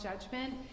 judgment